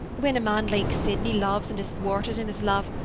when a man like sydney loves and is thwarted in his love,